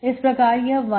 इस प्रकार यह 1xdxlog⁡